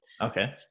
Okay